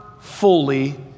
fully